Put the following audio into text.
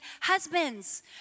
husbands